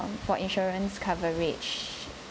for insurance coverage